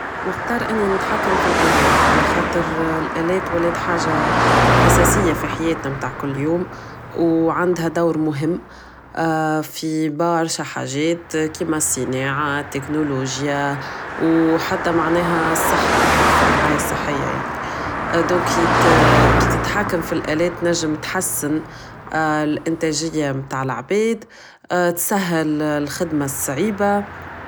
نتخار اني نتحكم فالالات على خاطر الالات ولات حاجة اساسية في حياتنا متاع كل يوم و عندها دور مهم في برشا حاجات كيما الصناعة التكنولوجيا و حتى معناها الصحة فالرعاية الصحية يعني دونك كي تتحكم فالالات تنجم تحسن الانتاجية متاع العباد تسهل الخدمة الصعيبة